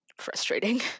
frustrating